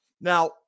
Now